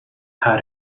how